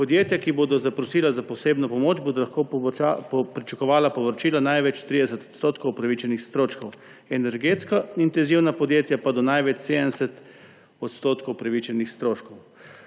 Podjetja, ki bodo zaprosila za posebno pomoč, bodo lahko pričakovala povračilo največ 30 % upravičenih stroškov, energetsko intenzivna podjetja pa do največ 70 % upravičenih stroškov.